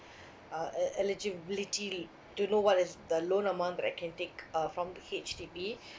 uh el~ eligibility don't know what is the loan amount that I can take uh from H_D_B